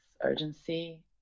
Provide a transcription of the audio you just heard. urgency